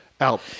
out